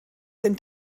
den